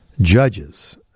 judges